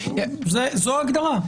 זו ההגדרה.